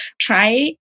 try